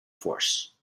force